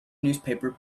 newspaper